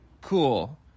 cool